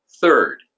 Third